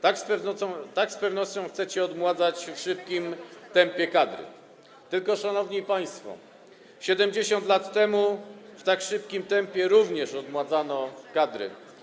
Tak z pewnością chcecie odmładzać w szybkim tempie kadry, tylko, szanowni państwo, 70 lat temu w tak szybkim tempie również odmładzano kadry.